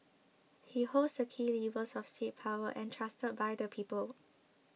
he holds the key levers of state power entrusted by the people